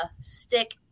stick